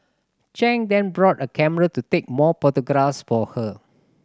Chang then bought a camera to take more photographs for her